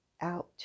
out